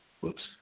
Whoops